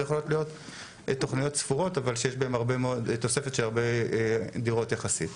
ויכולות להיות תוכניות ספורות אבל שיש בהם תוספת של הרבה דירות יחסית.